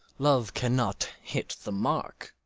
love cannot hit the mark.